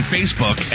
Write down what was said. Facebook